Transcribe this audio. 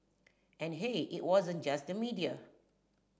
and hey it wasn't just the media